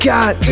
God